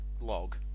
log